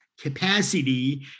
capacity